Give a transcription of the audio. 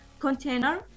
container